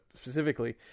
specifically